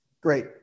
great